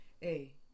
hey